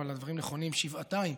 אבל הדברים נכונים שבעתיים